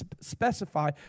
specify